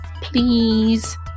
Please